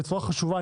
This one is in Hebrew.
בצורה חשובה,